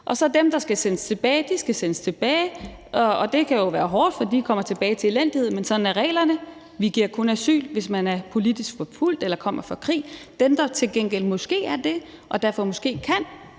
asyl. Dem, der skal sendes tilbage, skal så sendes tilbage, og det kan jo være hårdt, for de kommer tilbage til elendighed, men sådan er reglerne; vi giver kun asyl, hvis man er politisk forfulgt eller kommer fra krig. Dem, der til gengæld måske gør det og derfor måske kan